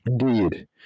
indeed